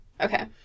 Okay